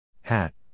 Hat